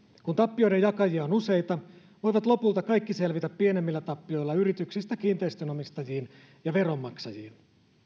kun tappioiden jakajia on useita voivat lopulta kaikki selvitä pienemmillä tappioilla yrityksistä kiinteistönomistajiin ja veronmaksajiin